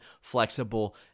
flexible